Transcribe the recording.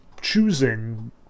choosing